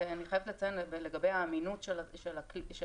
אני חייבת לציין לגבי האמינות של הטכוגרף,